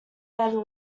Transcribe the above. better